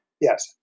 Yes